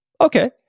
Okay